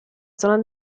zona